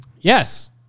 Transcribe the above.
Yes